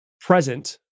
Present